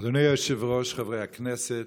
אדוני היושב-ראש, חברי הכנסת,